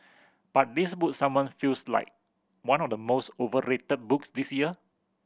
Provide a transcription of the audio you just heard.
but this book someone feels like one of the most overrated books this year